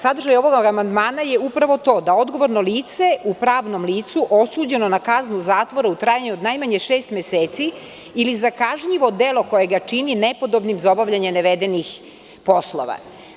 Sadržaj ovog amandmana je upravo to, da odgovorno lice u pravnom licu osuđeno na kaznu zatvora u trajanju od najmanje šest meseci ili za kažnjivo delo koje ga čini nepodobnim za obavljanje navedenih poslova.